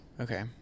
Okay